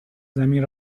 زمین